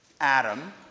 Adam